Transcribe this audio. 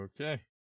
Okay